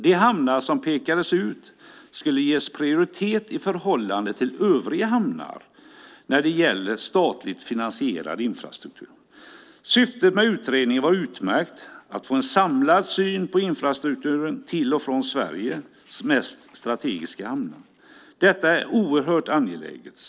De hamnar som pekades ut skulle ges prioritet i förhållande till övriga hamnar när det gäller statligt finansierad infrastruktur. Syftet med utredningen var utmärkt: att få en samlad syn på infrastrukturen till och från Sveriges mest strategiska hamnar. Detta är oerhört angeläget.